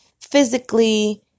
physically